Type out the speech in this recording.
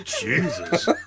Jesus